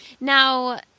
Now